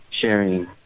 sharing